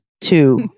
two